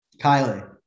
Kylie